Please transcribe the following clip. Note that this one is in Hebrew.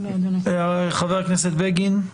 חבר הכנסת בגין?